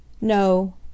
No